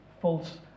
false